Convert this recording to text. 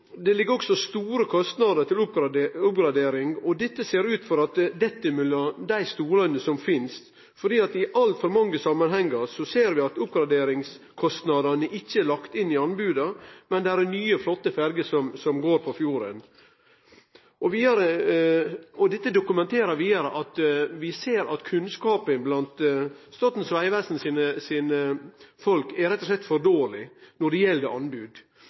Det går også med store kostnader til oppgradering, og det ser ut til at dei detter mellom dei stolane som finst. I altfor mange samanhengar ser vi at oppgraderingskostandane ikkje er lagde inn i anboda, men det er nye, flotte ferjer som går på fjorden. Dette dokumenterer vidare at kunnskapen blant Statens vegvesen sine folk rett og slett er for dårleg når det